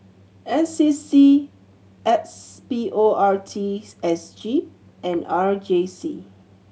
N C C S P O R T S G and R J C